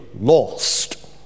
lost